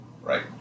Right